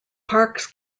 parks